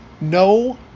No